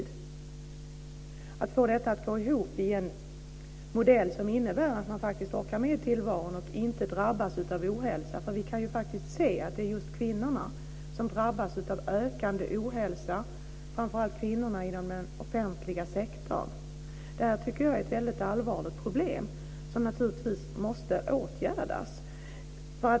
Det gäller att få detta att gå ihop i en modell som innebär att man faktiskt orkar med tillvaron och inte drabbas av ohälsa. Vi kan ju faktiskt se att det är just kvinnorna som drabbas av ökande ohälsa, framför allt kvinnorna inom den offentliga sektorn. Det tycker jag är ett väldigt allvarligt problem som naturligtvis måste åtgärdas.